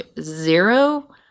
zero